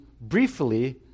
briefly